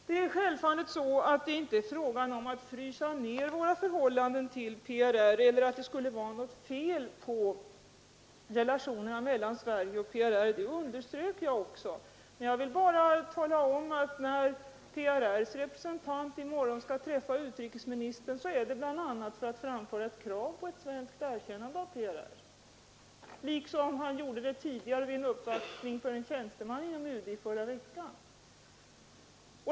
Det är självfallet inte fråga om att frysa ner våra förhållanden till PRR eller om att det skulle vara något fel på relationerna mellan Sverige och PRR — det underströk jag också. Men jag vill bara upplysa kammaren om att PRR:s representant i morgon skall träffa utrikesministern bl.a. för att framföra ett krav på ett svenskt erkännande av PRR, liksom han gjorde vid en uppvaktning för en tjänsteman inom UD i förra veckan.